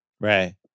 Right